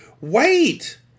Wait